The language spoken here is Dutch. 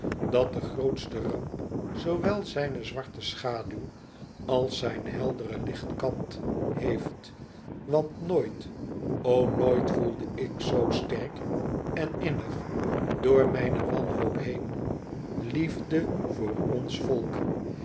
dat de grootste ramp zoowel zijne zwarte schaduw als zijn helderen lichtkant heeft want nooit o nooit voelde ik zo sterk en innig door mijne wanhoop heen liefde voor ons volk